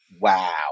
wow